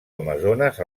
amazones